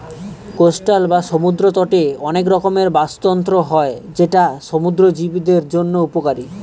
coastal বা সমুদ্র তটে অনেক রকমের বাস্তুতন্ত্র হয় যেটা সমুদ্র জীবদের জন্য উপকারী